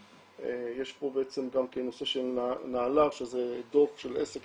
יש פה בעצם גם נושא של --- שזה דו"ח של עסק